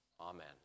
Amen